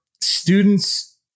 students